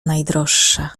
najdroższa